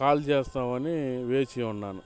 call చేస్తావని వేచి ఉన్నాను